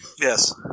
Yes